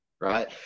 right